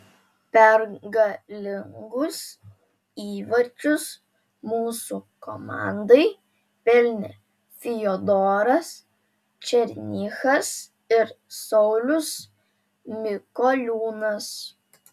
pergalingus įvarčius mūsų komandai pelnė fiodoras černychas ir saulius mikoliūnas